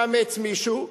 מאמץ מישהו,